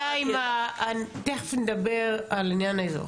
מיד נדבר על עניין האזרוח.